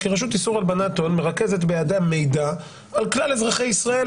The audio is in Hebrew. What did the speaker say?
כי הרשות לאיסור הלבנת הון מרכזת בידיה מידע על כלל אזרחי ישראל